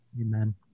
Amen